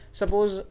suppose